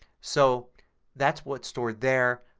so that's what's stored there.